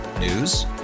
News